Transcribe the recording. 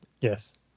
Yes